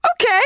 Okay